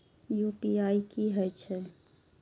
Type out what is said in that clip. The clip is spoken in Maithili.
यू.पी.आई की हेछे?